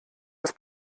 das